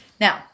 Now